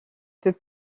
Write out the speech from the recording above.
peut